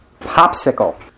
Popsicle